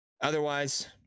Otherwise